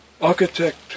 Architect